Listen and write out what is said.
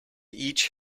each